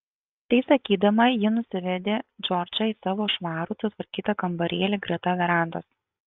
tai sakydama ji nusivedė džordžą į savo švarų sutvarkytą kambarėlį greta verandos